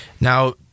Now